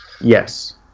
Yes